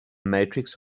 matrix